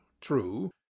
true